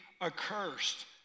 accursed